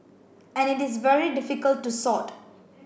and it is very difficult to sort